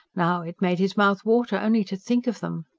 now it made his mouth water only to think of them.